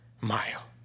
mile